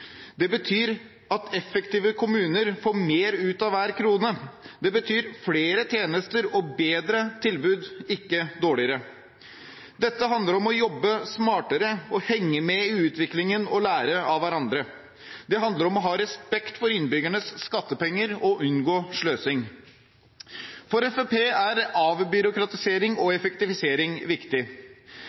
Det betyr at effektive kommuner får mer ut av hver krone. Det betyr flere tjenester og bedre tilbud, ikke dårligere. Dette handler om å jobbe smartere, henge med i utviklingen og lære av hverandre. Det handler om å ha respekt for innbyggernes skattepenger og unngå sløsing. For Fremskrittspartiet er avbyråkratisering og effektivisering viktig.